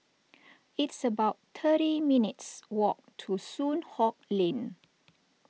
it's about thirty minutes' walk to Soon Hock Lane